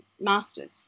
masters